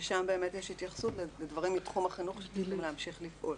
ששם באמת יש התייחסות לדברים מתחום החינוך שצריכים להמשיך לפעול.